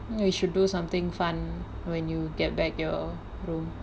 ya you should do something fun when you get back your room